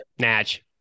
match